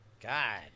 god